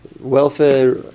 welfare